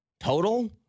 Total